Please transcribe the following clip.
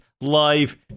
live